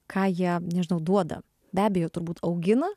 ką jie nežinau duoda be abejo turbūt augina